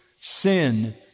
sin